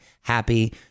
happy